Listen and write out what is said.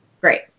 great